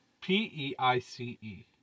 P-E-I-C-E